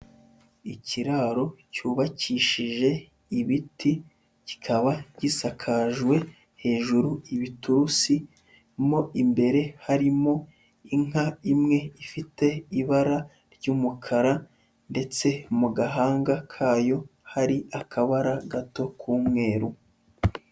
Ikiraro cyubakishije ibiti, kikaba gisakajwe hejuru ibitusi mo imbere harimo inka imwe ifite ibara ry'umukara ndetse mu gahanga kayo hari akabara gato k'umweru.